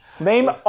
Name